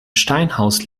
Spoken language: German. steinhaus